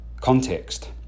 context